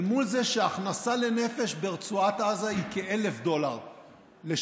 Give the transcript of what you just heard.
אל מול זה שההכנסה לנפש ברצועת עזה היא כ-1,000 דולר לשנה,